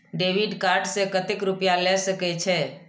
Debit card से कतेक रूपया ले सके छै?